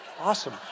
Awesome